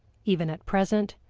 even at present,